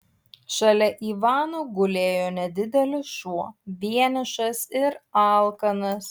šalia ivano gulėjo nedidelis šuo vienišas ir alkanas